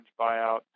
buyout